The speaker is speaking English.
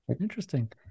Interesting